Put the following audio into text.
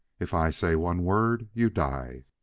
if i say one word, you die.